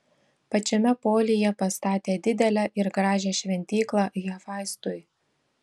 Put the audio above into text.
pačiame polyje pastatė didelę ir gražią šventyklą hefaistui